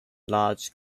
large